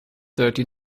thirty